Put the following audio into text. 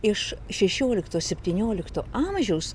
iš šešiolikto septyniolikto amžiaus